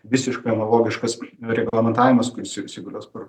visiškai analogiškas reglamentavimas kuris jau įsigalios per